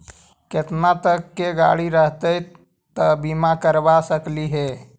केतना तक के गाड़ी रहतै त बिमा करबा सकली हे?